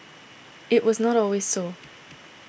it was not always so